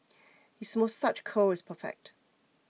his moustache curl is perfect